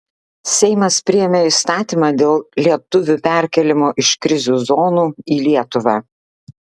seimas priėmė įstatymą dėl lietuvių perkėlimo iš krizių zonų į lietuvą